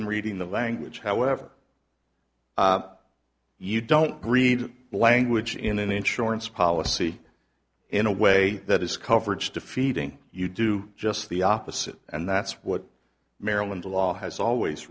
in reading the language however you don't breed language in an insurance policy in a way that is coverage defeating you do just the opposite and that's what maryland law has always